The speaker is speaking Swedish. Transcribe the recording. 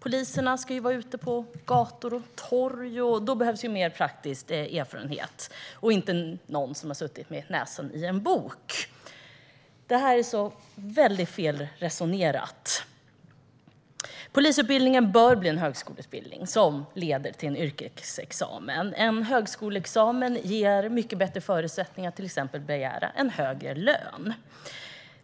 Poliserna ska vara ute på gator och torg, och då behövs mer praktisk erfarenhet och inte någon som har suttit med näsan i en bok. Det är fel resonerat. Polisutbildningen bör bli en högskoleutbildning som leder till en yrkesexamen. En högskolexamen ger mycket bättre förutsättningar att exempelvis begära en högre lön.